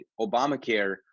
Obamacare